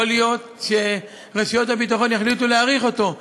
יכול להיות שרשויות הביטחון יחליטו להאריך אותו.